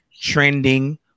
trending